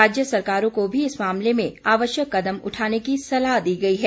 राज्य सरकारों को भी इस मामले में आवश्यक कदम उठाने के सलाह दी गई है